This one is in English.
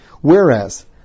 Whereas